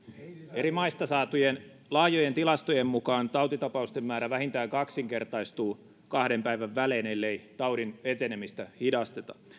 eri maista saatujen laajojen tilastojen mukaan tautitapausten määrä vähintään kaksinkertaistuu kahden päivän välein ellei taudin etenemistä hidasteta